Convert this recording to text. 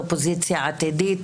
אופוזיציה עתידית,